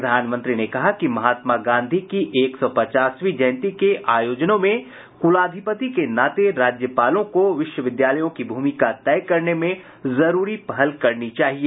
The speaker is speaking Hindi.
प्रधानमंत्री ने कहा कि महात्मा गांधी की एक सौ पचासवीं जयंती के आयोजनों में कुलाधिपति के नाते राज्यपालों को विश्वविद्यालयों की भूमिका तय करने में जरूरी पहल करनी चाहिए